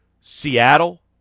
Seattle